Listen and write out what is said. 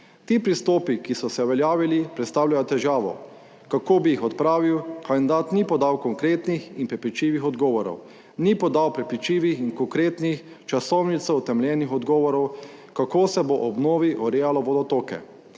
Ti pristopi, ki so se uveljavili, predstavljajo težavo, kako bi jih odpravil. Kandidat ni podal konkretnih in prepričljivih odgovorov. Ni podal prepričljivih in konkretnih časovnico utemeljenih odgovorov, kako se bo ob obnovi urejalo vodotoke